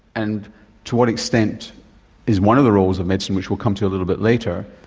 and to what extent is one of the roles of medicine, which we'll come to a little bit later,